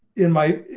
in my,